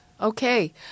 Okay